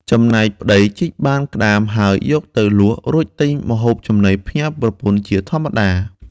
ចំណែកប្ដីជីកបានក្ដាមហើយយកទៅលក់ រួចទិញម្ហូបចំណីផ្ញើប្រពន្ធជាធម្មតា។